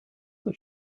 what